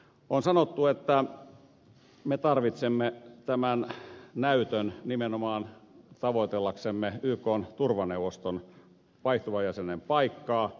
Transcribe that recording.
on sanottu että me tarvitsemme tämän näytön nimenomaan tavoitellaksemme ykn turvaneuvoston vaihtuvan jäsenen paikkaa